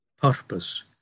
Purpose